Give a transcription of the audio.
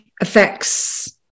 affects